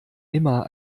immer